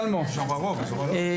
והם צריכים להיות מוגנים לבטא את דעתם,